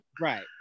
Right